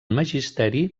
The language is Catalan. magisteri